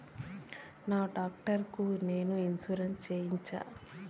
నా టాక్టర్ కు నేను ఇన్సూరెన్సు సేయొచ్చా?